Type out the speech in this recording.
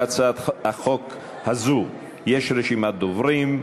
להצעת החוק הזאת יש רשימת דוברים.